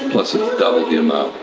plus it's double the amount.